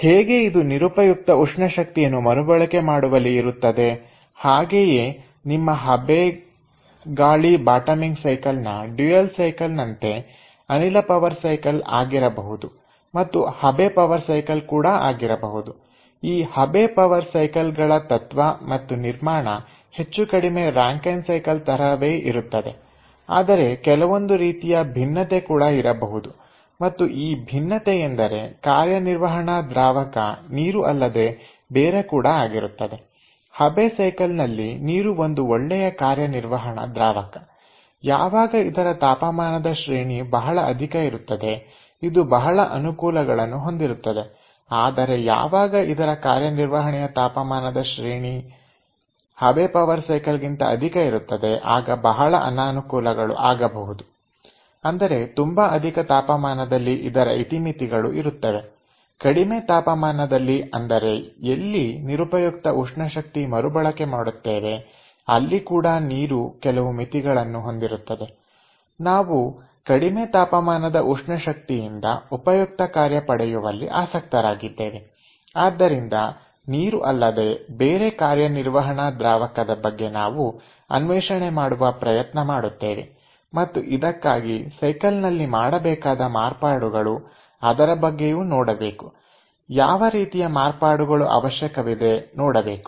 ಹೇಗೆ ಇದು ನಿರುಪಯುಕ್ತ ಉಷ್ಣ ಶಕ್ತಿಯನ್ನು ಮರುಬಳಕೆ ಮಾಡುವಲ್ಲಿ ಇರುತ್ತದೆ ಹಾಗೆಯೇ ನಿಮ್ಮ ಹಬೆ ಗಾಳಿ ಬಾಟಮಿಂಗ್ ಸೈಕಲ್ ನ ಡ್ಯುಯೆಲ್ ಸೈಕಲ್ ನಂತೆ ಅನಿಲ ಪವರ್ ಸೈಕಲ್ ಆಗಿರಬಹುದು ಮತ್ತು ಹಬೆ ಪವರ್ ಸೈಕಲ್ ಕೂಡ ಆಗಿರಬಹುದು ಈ ಹಬೆ ಪವರ್ ಸೈಕಲ್ಗಳ ತತ್ವ ಮತ್ತು ನಿರ್ಮಾಣ ಹೆಚ್ಚುಕಡಿಮೆ ರಾಂಕೖೆನ್ ಸೈಕಲ್ ತರಹವೇ ಇರುತ್ತದೆ ಆದರೆ ಕೆಲವೊಂದು ರೀತಿಯ ಭಿನ್ನತೆ ಕೂಡ ಇರಬಹುದು ಮತ್ತು ಈ ಭಿನ್ನತೆ ಎಂದರೆ ಕಾರ್ಯನಿರ್ವಹಣ ದ್ರಾವಕ ನೀರು ಅಲ್ಲದೆ ಬೇರೆ ಕೂಡ ಆಗಿರುತ್ತದೆ ಹಬೆ ಸೈಕಲ್ನಲ್ಲಿ ನೀರು ಒಂದು ಒಳ್ಳೆಯ ಕಾರ್ಯನಿರ್ವಹಣ ದ್ರಾವಕ ಯಾವಾಗ ಇದರ ತಾಪಮಾನದ ಶ್ರೇಣಿ ಬಹಳ ಅಧಿಕ ಇರುತ್ತದೆ ಇದು ಬಹಳ ಅನುಕೂಲಗಳನ್ನು ಹೊಂದಿರುತ್ತದೆ ಆದರೆ ಯಾವಾಗ ಇದರ ಕಾರ್ಯನಿರ್ವಹಣೆಯ ತಾಪಮಾನದ ಶ್ರೇಣಿ ಹಬೆ ಪವರ್ ಸೈಕಲ್ ಗಿಂತ ಅಧಿಕ ಇರುತ್ತದೆ ಆಗ ಬಹಳ ಅನಾನುಕೂಲಗಳು ಆಗಬಹುದು ಅಂದರೆ ತುಂಬಾ ಅಧಿಕ ತಾಪಮಾನದಲ್ಲಿ ಇದರ ಇತಿಮಿತಿಗಳು ಇರುತ್ತವೆ ಕಡಿಮೆ ತಾಪಮಾನದಲ್ಲಿ ಅಂದರೆ ಎಲ್ಲಿ ನಿರುಪಯುಕ್ತ ಉಷ್ಣಶಕ್ತಿ ಮರುಬಳಕೆ ಮಾಡುತ್ತೇವೆ ಅಲ್ಲಿ ಕೂಡ ನೀರು ಕೆಲವು ಮಿತಿಗಳನ್ನು ಹೊಂದಿರುತ್ತದೆ ನಾವು ಕಡಿಮೆ ತಾಪಮಾನದ ಉಷ್ಣ ಶಕ್ತಿಯಿಂದ ಉಪಯುಕ್ತ ಕಾರ್ಯ ಪಡೆಯುವಲ್ಲಿ ಆಸಕ್ತರಾಗಿದ್ದೇವೆ ಆದ್ದರಿಂದ ನೀರು ಅಲ್ಲದೆ ಬೇರೆ ಕಾರ್ಯನಿರ್ವಹಣ ದ್ರಾವಕದ ಬಗ್ಗೆ ನಾವು ಅನ್ವೇಷಣೆ ಮಾಡುವ ಪ್ರಯತ್ನ ಮಾಡುತ್ತೇವೆ ಮತ್ತು ಇದಕ್ಕಾಗಿ ಸೈಕಲ್ನಲ್ಲಿ ಮಾಡಬೇಕಾದ ಮಾರ್ಪಾಡುಗಳು ಅದರ ಬಗ್ಗೆಯೂ ನೋಡಬೇಕು ಯಾವ ರೀತಿಯ ಮಾರ್ಪಾಡುಗಳು ಅವಶ್ಯಕವಿದೆ ನೋಡಬೇಕು